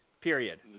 Period